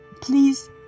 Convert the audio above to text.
please